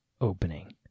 opening